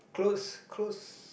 clothes clothes